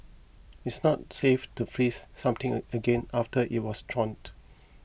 it is not safe to freeze something again after it was thawed